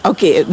Okay